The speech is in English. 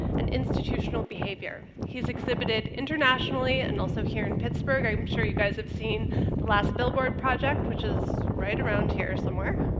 and institutional behavior. he's exhibited internationally and also here in pittsburgh i'm sure you guys have seen the last billboard project which is right around here somewhere